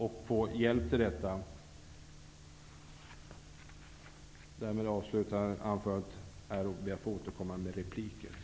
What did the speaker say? Därmed avslutar jag mitt anförande, och jag ber att få återkomma med repliker.